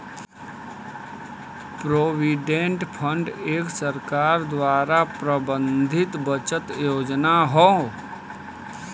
provident fund एक सरकार द्वारा प्रबंधित बचत योजना हौ